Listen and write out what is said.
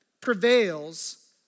prevails